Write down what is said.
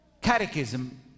Catechism